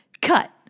cut